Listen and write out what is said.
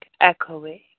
echoing